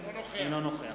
אינו נוכח